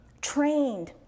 trained